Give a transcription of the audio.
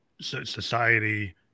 society